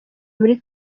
muri